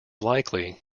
likely